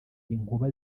inkuba